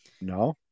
No